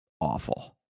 awful